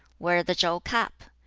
wear the chow cap.